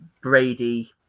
Brady